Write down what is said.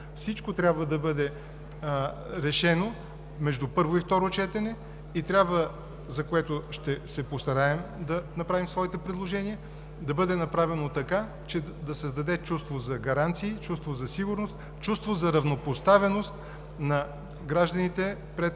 Всичко трябва да бъде решено между първо и второ четене и трябва, за което ще се постараем да направим своите предложения, да бъде направено така, че да създаде чувство за гаранции, чувство за сигурност, чувство за равнопоставеност на гражданите пред